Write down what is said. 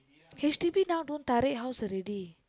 H_D_B now don't tarik house already